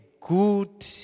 good